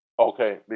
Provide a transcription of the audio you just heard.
Okay